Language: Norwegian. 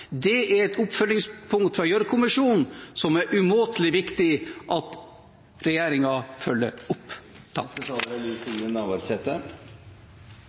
Det er et oppfølgingspunkt fra Gjørv-kommisjonen som det er umåtelig viktig at regjeringen følger opp.